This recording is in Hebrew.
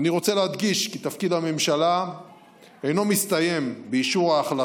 אני רוצה להדגיש כי תפקיד הממשלה אינו מסתיים באישור ההחלטות.